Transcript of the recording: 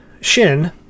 Shin